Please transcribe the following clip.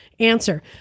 answer